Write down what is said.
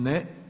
Ne.